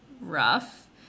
rough